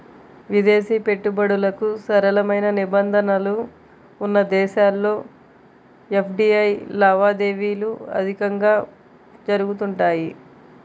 విదేశీ పెట్టుబడులకు సరళమైన నిబంధనలు ఉన్న దేశాల్లో ఎఫ్డీఐ లావాదేవీలు అధికంగా జరుగుతుంటాయి